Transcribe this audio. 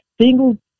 Single